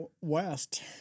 west